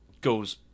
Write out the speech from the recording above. goes